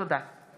תודה.